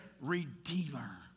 Redeemer